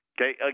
okay